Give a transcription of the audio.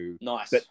Nice